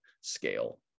scale